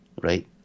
right